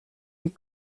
les